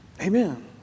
Amen